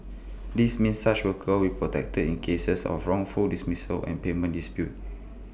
this means such workers will protected in cases of wrongful dismissals and payment disputes